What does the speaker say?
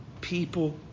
people